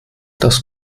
das